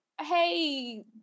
hey